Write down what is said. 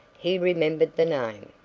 he remembered the name.